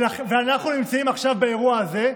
אבל זה, ואנחנו נמצאים עכשיו באירוע הזה.